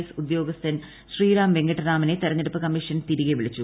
S ഉദ്യോഗസ്ഥൻ ശ്രീറാം വെങ്കിട്ടരാമനെ തെരഞ്ഞെടുപ്പ് കമ്മീഷൻ തിരികെ വിളിച്ചു